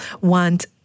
want